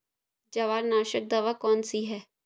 जवार नाशक दवा कौन सी है?